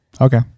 Okay